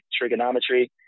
trigonometry